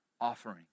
offering